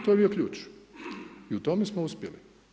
To je bio ključ i u tome smo uspjeli.